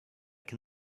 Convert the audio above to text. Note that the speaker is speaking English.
can